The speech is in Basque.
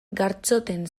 gartxoten